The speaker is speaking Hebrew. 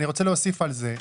אני רוצה להוסיף על זה.